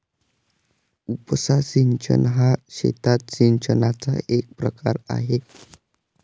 उपसा सिंचन हा शेतात सिंचनाचा एक प्रकार आहे